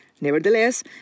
Nevertheless